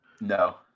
No